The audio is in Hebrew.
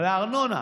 על הארנונה.